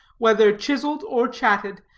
whether chiseled or chatted,